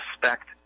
respect